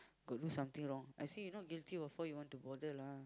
got do something wrong I say you not guilty what for you want to bother lah